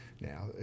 Now